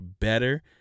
better